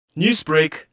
Newsbreak